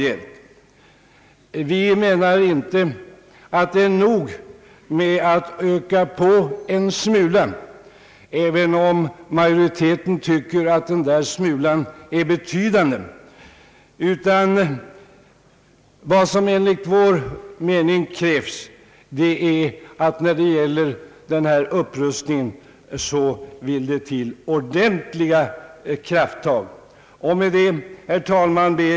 Det är inte nog att öka på en smula — även om utskottsmajoriteten kallar smulan »betydande». När det gäller denna upprustning krävs det ordentliga krafttag. Herr talman!